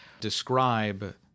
Describe